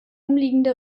umliegende